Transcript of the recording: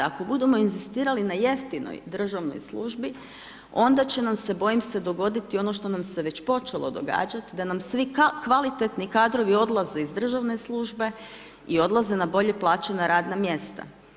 Ako budemo inzistirali na jeftinoj državnoj službi onda će nam se bojim se dogoditi ono što nam se već počelo događati da nam svi kvalitetni kadrovi odlaze iz državne službe i odlaže na bolje plaćena radna mjesta.